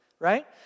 right